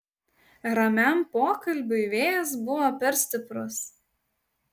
ramiam pokalbiui vėjas buvo per stiprus